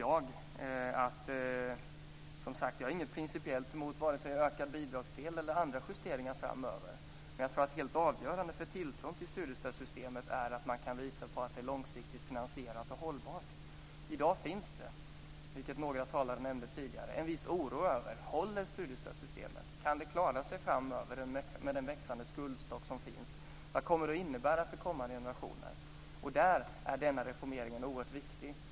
Jag har som sagt inget principiellt mot vare sig ökad bidragsdel eller andra justeringar framöver, men jag tror att helt avgörande för tilltron till studiestödssystemet är att man kan visa att det är långsiktigt finansierat och hållbart. I dag finns, vilket några talare nämnde tidigare, en viss oro över detta. Håller studiestödssystemet? Kan det klara sig framöver med den växande skuldstock som finns? Vad kommer det att innebära för kommande generationer? Därför är denna reformering oerhört viktig.